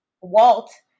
Walt